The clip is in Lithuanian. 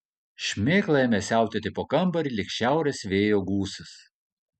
šmėkla ėmė siautėti po kambarį lyg šiaurės vėjo gūsis